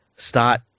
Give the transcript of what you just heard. start